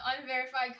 unverified